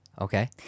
Okay